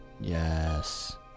Yes